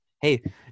Hey